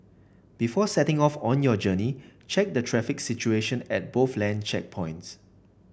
before setting off on your journey check the traffic situation at both land checkpoints